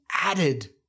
added